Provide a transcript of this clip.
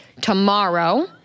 tomorrow